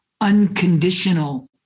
unconditional